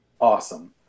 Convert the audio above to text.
awesome